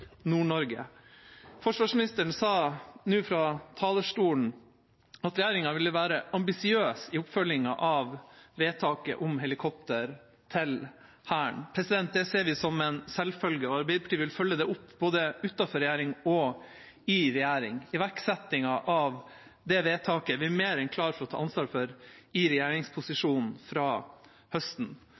Forsvarsministeren sa nå fra talerstolen at regjeringa ville være ambisiøs i oppfølgingen av vedtaket om helikopter til Hæren. Det ser vi som en selvfølge, og Arbeiderpartiet vil følge det opp både utenfor regjering og i regjering. Iverksettingen av det vedtaket er vi mer enn klar til å ta ansvar for i regjeringsposisjon fra høsten.